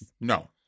No